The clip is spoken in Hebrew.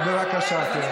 אז בבקשה תרד.